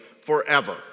forever